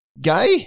Guy